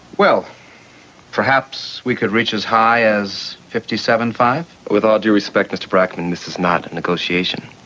well perhaps we could reach as high as fifty seventy five. with all due respect, mr. brackman, this is not a negotiation